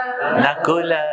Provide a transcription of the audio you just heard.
Nakula